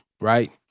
right